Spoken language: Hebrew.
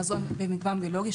מזון ומגוון ביולוגי,